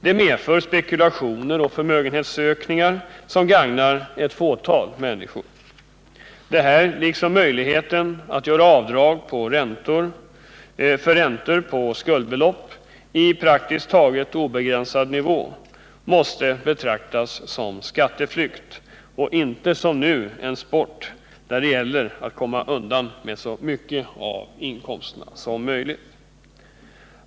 Det medför spekulationer och förmögenhetsökningar som gagnar ett fåtal människor. Detta liksom möjligheten att göra avdrag för räntor på skuldbelopp upp till en praktiskt taget obegränsad nivå måste betraktas som skatteflykt och inte, som nu, som en sport, där det gäller att komma undan med så mycket av inkomsterna som möjligt.